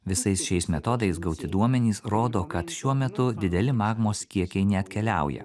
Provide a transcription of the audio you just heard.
visais šiais metodais gauti duomenys rodo kad šiuo metu dideli magmos kiekiai neatkeliauja